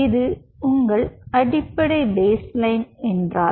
இது உங்கள் அடிப்படை பேஸ் லைன் என்றால்